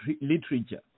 literature